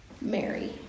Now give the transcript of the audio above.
Mary